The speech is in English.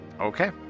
Okay